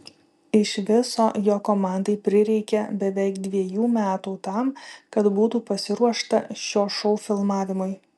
iš viso jo komandai prireikė beveik dviejų metų tam kad būtų pasiruošta šio šou filmavimui